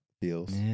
feels